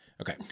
Okay